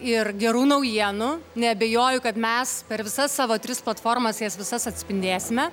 ir gerų naujienų neabejoju kad mes per visas savo tris platformas jas visas atspindėsime